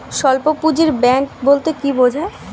স্বল্প পুঁজির ব্যাঙ্ক বলতে কি বোঝায়?